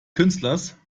künstlers